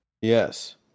Yes